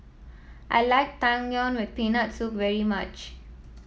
I like Tang Yuen with Peanut Soup very much